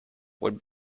would